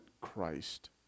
Christ